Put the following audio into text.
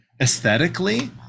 Aesthetically